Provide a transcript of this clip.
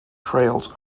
trails